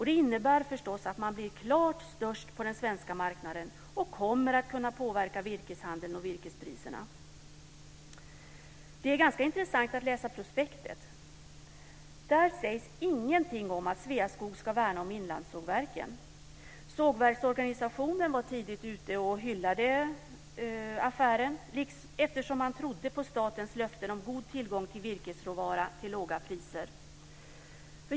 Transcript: Det innebär förstås att man blir klart störst på den svenska marknaden och kommer att kunna påverka virkeshandeln och virkespriserna. Det är ganska intressant att läsa prospektet. Där sägs ingenting om att Sveaskog ska värna om inlandssågverken. Sågverksorganisationen var tidigt ute och hyllade affären eftersom man trodde på statens löften om god tillgång till virkesråvara till låga priser.